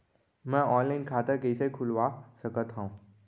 मैं ऑनलाइन खाता कइसे खुलवा सकत हव?